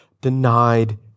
denied